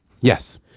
Yes